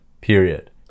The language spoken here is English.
period